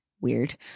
Weird